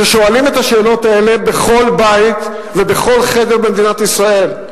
ששואלים את השאלות האלה בכל בית ובכל חדר במדינת ישראל.